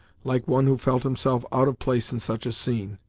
like one who felt himself out of place in such a scene,